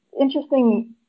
interesting